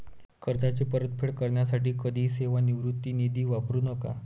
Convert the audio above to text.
कर्जाची परतफेड करण्यासाठी कधीही सेवानिवृत्ती निधी वापरू नका